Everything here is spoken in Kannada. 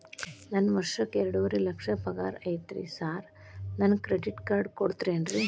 ಒಂದ್ ವರ್ಷಕ್ಕ ಎರಡುವರಿ ಲಕ್ಷ ಪಗಾರ ಐತ್ರಿ ಸಾರ್ ನನ್ಗ ಕ್ರೆಡಿಟ್ ಕಾರ್ಡ್ ಕೊಡ್ತೇರೆನ್ರಿ?